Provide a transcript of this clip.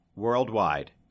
Worldwide